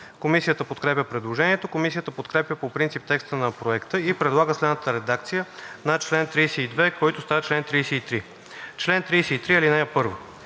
Комисията подкрепя предложението. Комисията подкрепя по принцип текста на Проекта и предлага следната редакция на чл. 32, който става чл. 33: „Чл. 33.